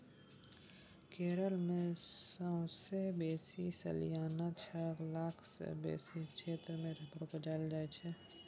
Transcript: केरल मे सबसँ बेसी सलियाना छअ लाख सँ बेसी क्षेत्र मे रबर उपजाएल जाइ छै